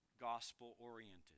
gospel-oriented